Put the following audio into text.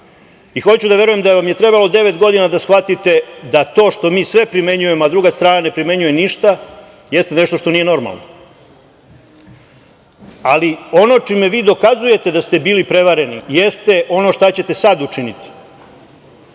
i hoću da verujem da vam je trebalo devet godina da shvatite da to što mi sve primenjujemo, a druga strana ne primenjuje ništa jeste nešto što nije normalno. Ali, ono čime vi dokazujete da ste bili prevareni jeste ono šta ćete sada učiniti